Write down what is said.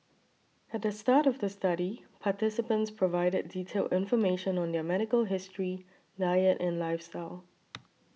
at the start of the study participants provided detailed information on their medical history diet and lifestyle